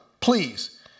please